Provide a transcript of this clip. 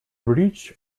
bridge